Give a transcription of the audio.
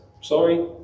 sorry